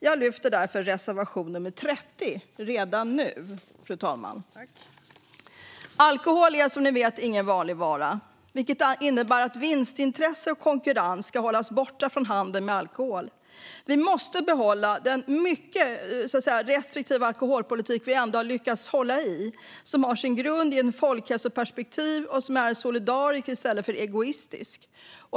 Jag yrkar därför redan nu bifall till reservation nummer 30, fru talman. Alkohol är, som ni vet, ingen vanlig vara, vilket innebär att vinstintresse och konkurrens ska hållas bort från handel med alkohol. Vi måste behålla den mycket restriktiva alkoholpolitik som vi ändå har lyckats hålla i och som har sin grund i ett folkhälsoperspektiv och är solidarisk i stället för egoistisk.